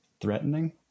threatening